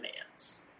demands